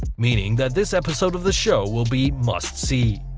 meaning that this episode of the show will be must-see.